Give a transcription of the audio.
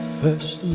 first